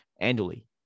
annually